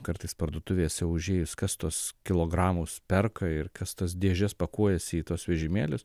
kartais parduotuvėse užėjus kas tuos kilogramus perka ir kas tas dėžes pakuojasi į tuos vežimėlius